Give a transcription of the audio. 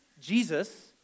Jesus